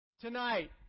tonight